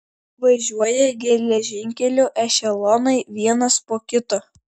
važiuoja geležinkeliu ešelonai vienas po kito